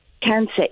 cancer